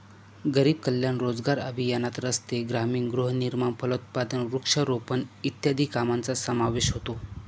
गरीब कल्याण रोजगार अभियानात रस्ते, ग्रामीण गृहनिर्माण, फलोत्पादन, वृक्षारोपण इत्यादी कामांचा समावेश होतो